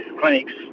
clinics